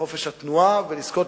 חופש התנועה, ולזכות,